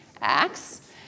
Acts